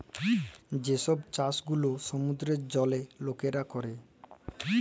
যে ছব চাষ গুলা সমুদ্রের জলে লকরা ক্যরে